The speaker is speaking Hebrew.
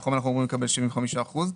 מתוכם אנחנו אמורים לקבל 75 אחוזים.